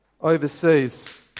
overseas